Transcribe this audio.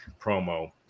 promo